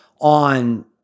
on